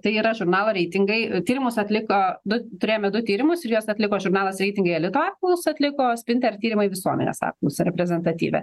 tai yra žurnalo reitingai tyrimus atliko du turėjome du tyrimus ir jas atliko žurnalas reitingai elito apklausą atliko sprinter tyrimai visuomenės apklausą reprezentatyvią